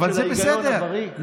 אבל בסדר,